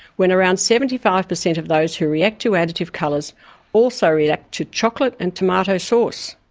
when around seventy five percent of those who react to additive colours also react to chocolate and tomato sauce.